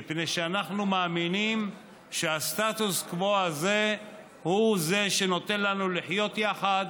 מפני שאנחנו מאמינים שהסטטוס קוו הזה הוא זה שנותן לנו לחיות יחד,